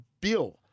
Bill